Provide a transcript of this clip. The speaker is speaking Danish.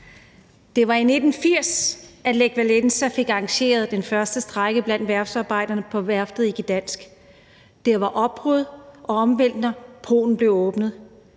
Det var i 1980, at Lech Walesa fik arrangeret den første strejke blandt værftsarbejderne på værftet i Gdansk. Der var opbrud og omvæltninger: Polen blev åbnet.